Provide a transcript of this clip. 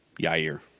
Yair